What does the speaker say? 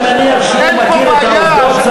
אני מניח שהוא מכיר את העובדות,